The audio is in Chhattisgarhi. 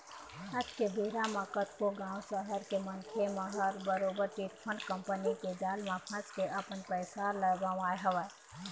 आज के बेरा म कतको गाँव, सहर के मनखे मन ह बरोबर चिटफंड कंपनी के जाल म फंस के अपन पइसा ल गवाए हवय